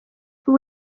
ubu